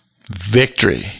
victory